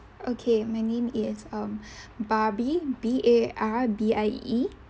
okay my name is um barbie B A R B I E